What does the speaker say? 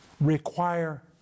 require